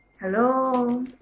Hello